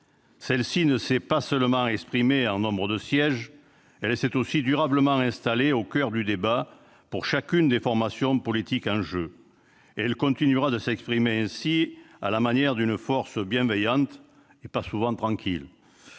Celle-ci ne s'est pas seulement exprimée en nombre de sièges. Elle s'est aussi durablement installée au coeur du débat pour chacune des formations politiques en jeu. Et elle continuera de s'exprimer ainsi, à la manière d'une force bienveillante ... et pas souvent tranquille